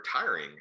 retiring